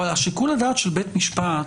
אבל שיקול הדעת של בית משפט